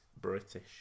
British